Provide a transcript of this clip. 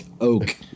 oak